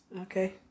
Okay